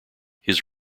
his